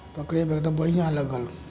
पकड़ै बेर तऽ बढ़िआँ लगल